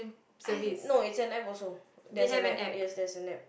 I no it's an App also there's an App yes there's an App